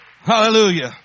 Hallelujah